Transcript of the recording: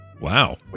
Wow